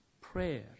Prayer